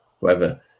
whoever